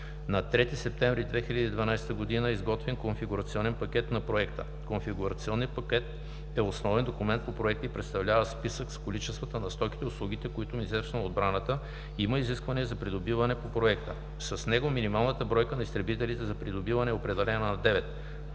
на 3 септември 2012 г. е изготвен Конфигурационен пакет на Проекта. Конфигурационният пакет е основен документ по Проекта и представлява списък с количествата на стоките и услугите, които Министерството на отбраната има изискване за придобиване по Проекта. С него минималната бройка на изтребителите за придобиване е определена на 9